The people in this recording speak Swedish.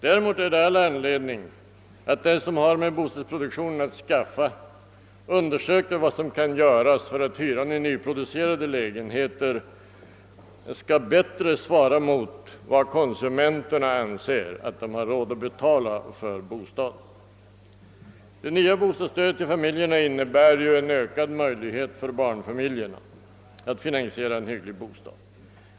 Däremot är det all anledning att de som ägnar sig åt bostadsproduktionen undersöker vad som kan göras för att hyran i nyproducerade lägenheter bättre skall svara mot vad konsumenterna anser att de har råd att betala för bostaden. Det nya bostadsstödet till familjerna innebär ju en ökad möjlighet för barnfamiljerna att finansiera en hygglig bostad.